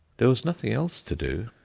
there was nothing else to do,